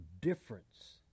difference